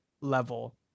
level